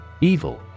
Evil